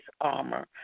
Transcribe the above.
armor